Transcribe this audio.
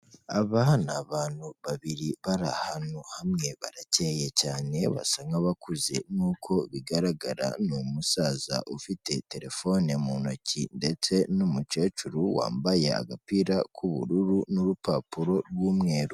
Aba ni abantu babiri bari ahantu hamwe barakeye cyane, basa nk'abakuze nk'uko bigaragara ni umusaza ufite terefone mu ntoki ndetse n'umukecuru wambaye agapira k'ubururu n'urupapuro rw'umweru.